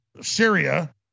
Syria